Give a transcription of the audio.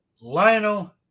Lionel